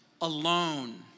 alone